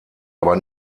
aber